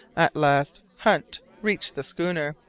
at last hunt reached the schooner,